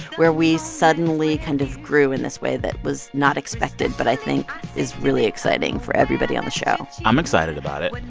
where we suddenly kind of grew in this way that was not expected but i think is really exciting for everybody on the show i'm excited about it.